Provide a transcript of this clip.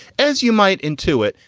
as you might intuit.